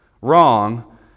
wrong